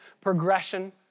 progression